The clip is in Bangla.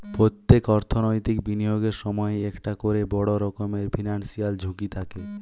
পোত্তেক অর্থনৈতিক বিনিয়োগের সময়ই একটা কোরে বড় রকমের ফিনান্সিয়াল ঝুঁকি থাকে